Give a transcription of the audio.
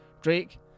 Drake